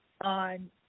on